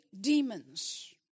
demons